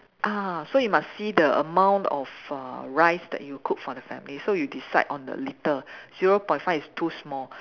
ah so you must see the amount of uh rice that you cook for the family so you decide on the litre zero point five is too small